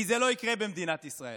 כי זה לא יקרה במדינת ישראל,